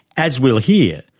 as we'll hear,